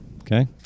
okay